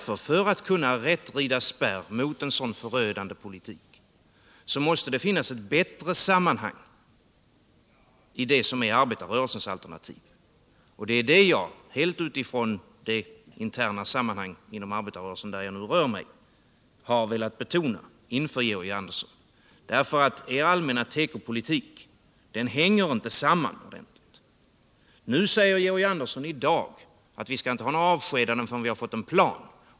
För att kunna rida spärr mot en sådan förödande politik måste det finnas ett bättre sammanhang i arbetarrörelsens alternativ. Det är detta som jag, helt på grundval av de interna sammanhang inom arbetarrörelsen där jag rör mig, har velat betona för Georg Andersson. Socialdemokratins allmänna tekopolitik hänger nämligen inte samman ordentligt. I dag säger Georg Andersson att det inte får bli några avskedanden förrän det föreligger en plan.